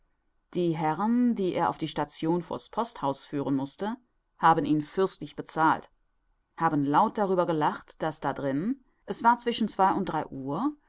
die herren die er auf die station vor's posthaus führen mußte haben ihn fürstlich bezahlt haben laut darüber gelacht daß da d'rin es war zwischen zwei und drei uhr